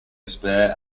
spare